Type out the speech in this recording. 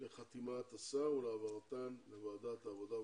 לחתימת השר ולהעברתן לוועדת העבודה,